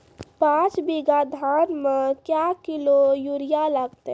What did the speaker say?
पाँच बीघा धान मे क्या किलो यूरिया लागते?